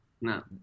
no